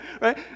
right